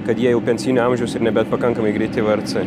kad jie jau pensijinio amžiaus ir nebent pakankamai greiti v er c